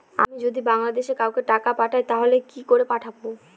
আমি যদি বাংলাদেশে কাউকে টাকা পাঠাই তাহলে কি করে পাঠাবো?